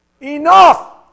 Enough